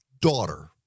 daughter